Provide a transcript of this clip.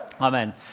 Amen